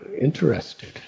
interested